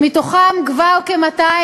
שמתוכם כבר כ-200,